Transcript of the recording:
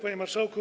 Panie Marszałku!